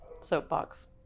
soapbox